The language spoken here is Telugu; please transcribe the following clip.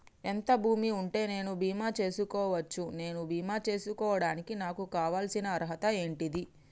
ఎంత భూమి ఉంటే నేను బీమా చేసుకోవచ్చు? నేను బీమా చేసుకోవడానికి నాకు కావాల్సిన అర్హత ఏంటిది?